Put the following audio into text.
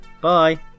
bye